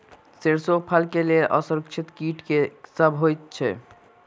सैरसो फसल केँ लेल असुरक्षित कीट केँ सब होइत अछि?